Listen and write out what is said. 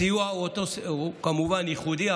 הסיוע הוא כמובן ייחודי,